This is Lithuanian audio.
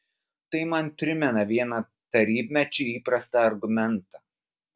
tai man primena vieną tarybmečiu įprastą argumentą